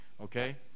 Okay